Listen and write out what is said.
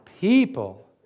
People